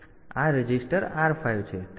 તેથી આ register R 5 છે